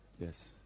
Yes